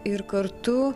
ir kartu